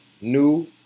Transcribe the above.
New